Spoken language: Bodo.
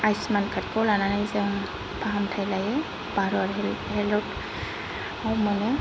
आयुस्मान कार्डखौ लानानै जों फाहामथाइ लायो भारत हेल्थआव मोनो